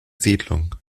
siedlung